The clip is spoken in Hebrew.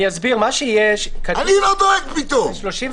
מה זה?